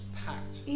packed